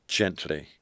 gently